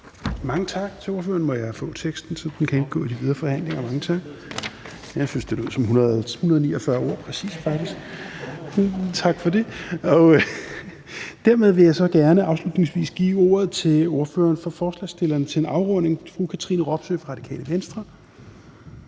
Mange tak til ordføreren. Må jeg få teksten, så den kan indgå i de videre forhandlinger? Tak. Jeg synes faktisk, det lød som præcis 149 ord. Tak for det. Hermed vil jeg så gerne afslutningsvis give ordet til ordføreren for forespørgerne til en afrunding. Fru Katrine Robsøe fra Radikale Venstre.